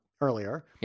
earlier